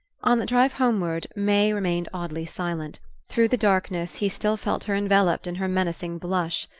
on the drive homeward may remained oddly silent through the darkness, he still felt her enveloped in her menacing blush.